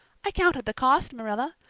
i counted the cost, marilla.